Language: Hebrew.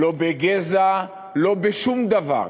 לא בגזע, לא בשום דבר.